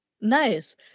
Nice